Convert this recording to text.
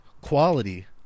quality